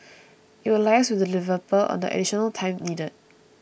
it will liaise with the developer on the additional time needed